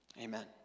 Amen